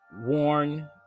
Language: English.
warn